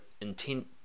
intent